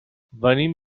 venim